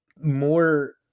more